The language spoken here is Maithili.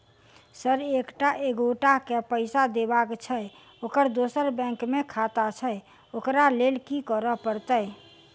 सर एक एगोटा केँ पैसा देबाक छैय ओकर दोसर बैंक मे खाता छैय ओकरा लैल की करपरतैय?